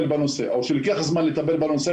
לוקח זמן לטפל בנושא.